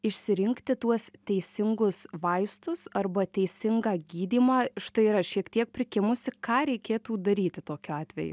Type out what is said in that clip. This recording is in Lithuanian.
išsirinkti tuos teisingus vaistus arba teisingą gydymą štai yra šiek tiek prikimusi ką reikėtų daryti tokiu atveju